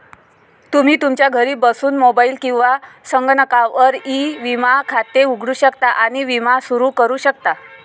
तुम्ही तुमच्या घरी बसून मोबाईल किंवा संगणकावर ई विमा खाते उघडू शकता आणि विमा सुरू करू शकता